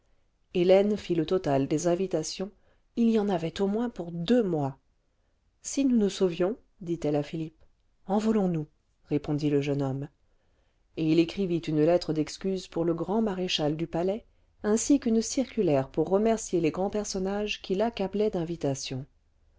hélène fit lé total des invitations il y en avait ait moins pour deuxmois j y ce si nous nous sauvions dit-elle à philipjse envolons nous répondit le jeune homme et il écrivit une lettre d'excuses pour le grand maréchal du palais ainsi qu'une circulaire pour remercier lés grands personnages qui laccablaient d'invitations